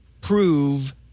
prove